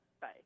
Bye